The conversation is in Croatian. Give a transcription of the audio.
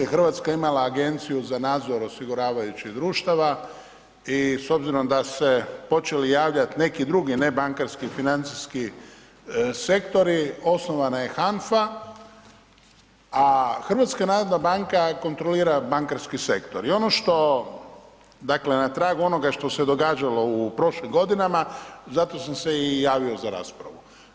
Hrvatska je imala Agenciju za nadzor osiguravajućih društava i s obzirom da su se počeli javljati neki drugi nebankarski financijski sektori, osnovana je HANFA, a HNB kontrolira bankarski sektor i ono što dakle na tragu onoga što se događalo u prošlim godinama, zato sam se i javio za raspravu.